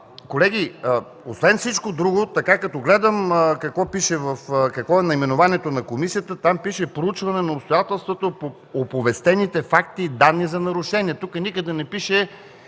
Колеги, освен всичко друго, като гледам какво е наименованието на комисията, там пише: „проучване на обстоятелствата по оповестените факти и данни за нарушения”. Тук никъде не пише